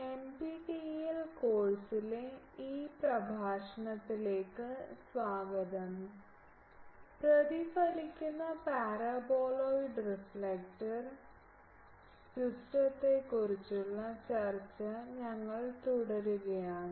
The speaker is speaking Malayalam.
എൻപിടിഈഎൽ കോഴ്സിലെ ഈ പ്രഭാഷണത്തിലേക്ക് സ്വാഗതം പ്രതിഫലിപ്പിക്കുന്ന പാരബോളോയിഡ് റിഫ്ലക്റ്റർ സിസ്റ്റത്തെക്കുറിച്ചുള്ള ചർച്ച ഞങ്ങൾ തുടരുകയാണ്